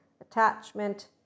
attachment